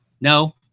no